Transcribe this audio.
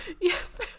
Yes